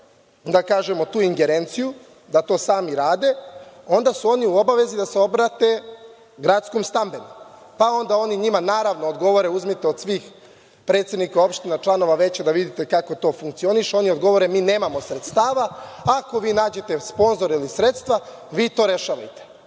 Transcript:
nemaju tu ingerenciju da to sami rade, onda su oni u obavezi da se obrate gradskom stambenom, pa onda oni njima odgovore – uzmite od svih predsednika opština, članova veća da vidite kako to funkcioniše, a oni odgovore – mi nemamo sredstava, ako vi nađete sponzore ili sredstva, vi to rešavajte,